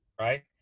right